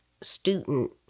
student